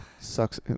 Sucks